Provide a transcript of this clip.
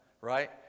right